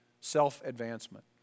self-advancement